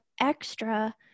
extra